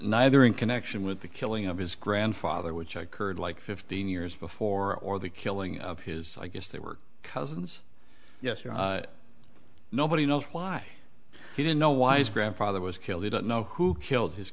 neither in connection with the killing of his grandfather which occurred like fifteen years before or the killing of his i guess they were cousins yes you know nobody knows why he didn't know why his grandfather was killed he didn't know who killed his